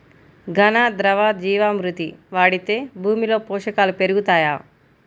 ఘన, ద్రవ జీవా మృతి వాడితే భూమిలో పోషకాలు పెరుగుతాయా?